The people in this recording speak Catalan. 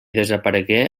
desaparegué